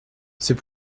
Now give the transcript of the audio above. c’est